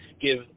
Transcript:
give